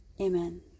amen